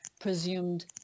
presumed